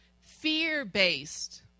Fear-based